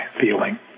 feeling